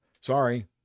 sorry